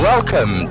Welcome